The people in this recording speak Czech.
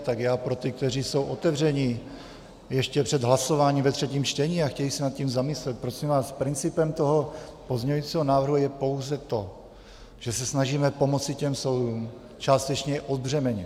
Tak pro ty, kteří jsou otevření ještě před hlasováním ve třetím čtení a chtějí se nad tím zamyslet: Prosím vás, principem toho pozměňovacího návrhu je pouze to, že se snažíme pomoci těm soudům, částečně je odbřemenit.